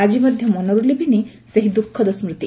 ଆଜି ମଧ୍ଧ ମନରୁ ଲିଭିନି ସେହି ଦୁଖଦ ସ୍ବତି